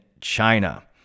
China